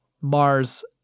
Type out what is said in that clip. Mars